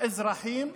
באזרחים,